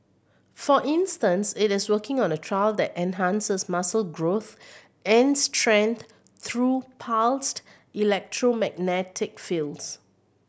for instance it is working on a trial that enhances muscle growth and strength through pulsed electromagnetic fields